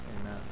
Amen